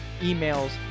emails